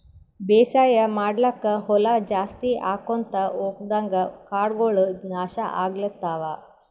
ಬೇಸಾಯ್ ಮಾಡ್ಲಾಕ್ಕ್ ಹೊಲಾ ಜಾಸ್ತಿ ಆಕೊಂತ್ ಹೊದಂಗ್ ಕಾಡಗೋಳ್ ನಾಶ್ ಆಗ್ಲತವ್